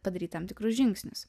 padaryt tam tikrus žingsnius